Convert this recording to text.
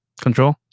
control